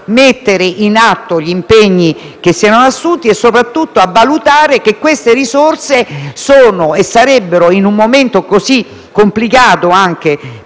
mettere in atto gli impegni assunti e, soprattutto, a valutare il fatto che queste risorse sono e sarebbero, in un momento così complicato per